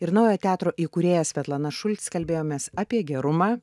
ir naujojo teatro įkūrėja svetlana šulc kalbėjomės apie gerumą